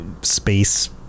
space